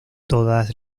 todas